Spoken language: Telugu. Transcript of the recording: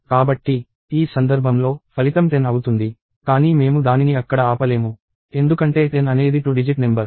కాబట్టి ఈ సందర్భంలో ఫలితం 10 అవుతుంది కానీ మేము దానిని అక్కడ ఆపలేము ఎందుకంటే 10 అనేది 2 డిజిట్ నెంబర్